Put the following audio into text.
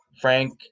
Frank